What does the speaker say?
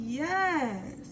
yes